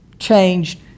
Changed